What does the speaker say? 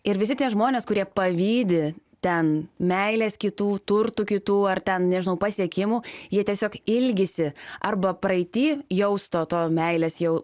ir visi tie žmonės kurie pavydi ten meilės kitų turtų kitų ar ten nežinau pasiekimų jie tiesiog ilgisi arba praeity jausto to meilės jau